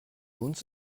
uns